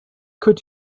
could